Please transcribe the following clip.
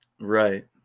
Right